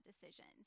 decisions